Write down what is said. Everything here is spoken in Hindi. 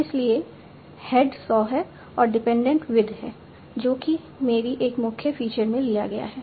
इसलिए हेड सॉ है और डिपेंडेंट विद है जो कि मेरी एक मुख्य फ़ीचर में लिया गया है